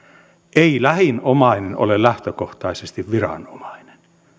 ei lähin omainen ole lähtökohtaisesti viranomainen